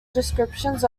descriptions